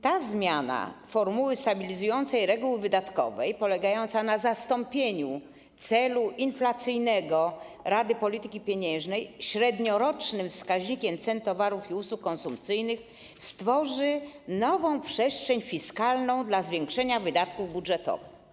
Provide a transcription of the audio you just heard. Ta zmiana formuły stabilizującej reguły wydatkowej polegająca na zastąpieniu celu inflacyjnego Rady Polityki Pieniężnej średniorocznym wskaźnikiem cen towarów i usług konsumpcyjnych stworzy nową przestrzeń fiskalną dla zwiększenia wydatków budżetowych.